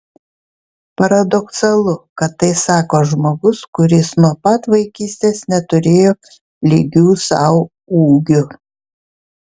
paradoksalu kad tai sako žmogus kuris nuo pat vaikystės neturėjo lygių sau ūgiu